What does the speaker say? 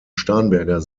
starnberger